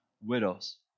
widows